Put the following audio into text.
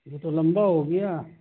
یہ تو لمبا ہو گیا